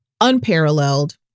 unparalleled